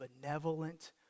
benevolent